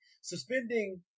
Suspending